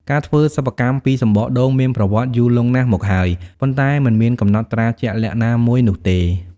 ការធ្វើសិប្បកម្មពីសំបកដូងមានប្រវត្តិយូរលង់ណាស់មកហើយ ប៉ុន្តែមិនមានកំណត់ត្រាជាក់លាក់ណាមួយនោះទេ។